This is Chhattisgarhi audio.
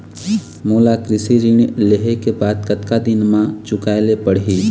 मोला कृषि ऋण लेहे के बाद कतका दिन मा चुकाए ले पड़ही?